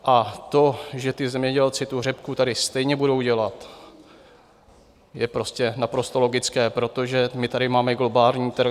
A to, že zemědělci řepku tady stejně budou dělat, je prostě naprosto logické, protože my tady máme globální trh.